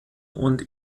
und